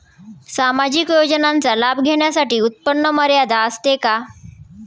सामाजिक योजनांचा लाभ घेण्यासाठी उत्पन्न मर्यादा असते का?